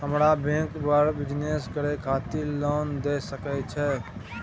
हमरा बैंक बर बिजनेस करे खातिर लोन दय सके छै?